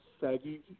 saggy